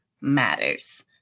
matters